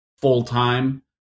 full-time